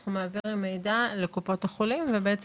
אנחנו מעבירים מידע לקופות החולים ובעצם